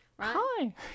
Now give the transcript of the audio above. Hi